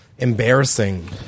embarrassing